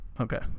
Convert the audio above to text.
Okay